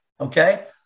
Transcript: Okay